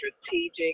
strategic